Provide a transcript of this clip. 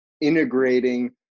integrating